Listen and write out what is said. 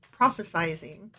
prophesizing